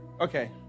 Okay